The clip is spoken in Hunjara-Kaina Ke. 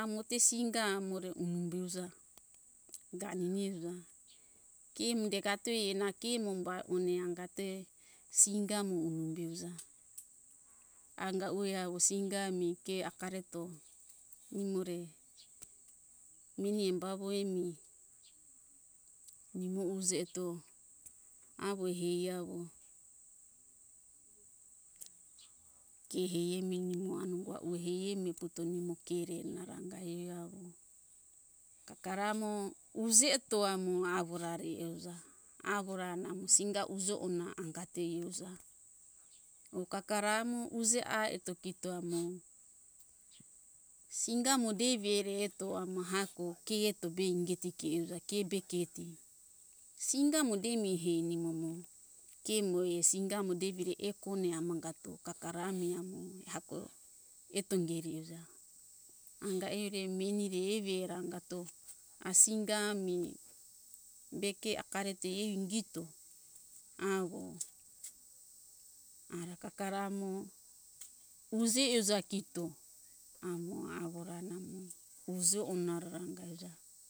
amo te singa amore umubiuza ganiniuza ke mudegato ena ke mumbai one angatoe singa mo umubiuza anga uwe awo singa ami ke akareto nimore meni embo awo emi nimo uje eto awo hei awo ke hei emi nimo anuga ua hei emi puto nimo kere nara angae awo kakara mo uje eto amo aworare euja awora namo singa ujo ona angate euja or kakara mo uje a eto kito amo singa mo devi ere eto amo hako ke eto be ingeti ke euja ke be keti singa mo demi hei nimomo ke moie singa mo debire ekone amangato kakara mi amo hako eto geri euja anga ere meni re eve era angato a singa ami be ke akarete er ingito awo are kakara mo uje euja kito amo awora namo ujo onara anga uja